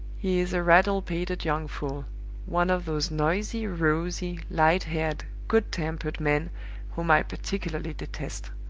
he is a rattle-pated young fool one of those noisy, rosy, light-haired, good-tempered men whom i particularly detest.